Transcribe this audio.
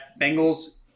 Bengals